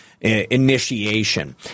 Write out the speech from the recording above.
Initiation